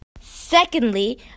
Secondly